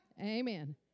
Amen